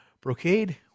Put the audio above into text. Brocade